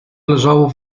leżało